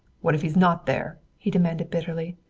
what if he's not there, he demanded bitterly.